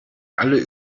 alle